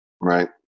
Right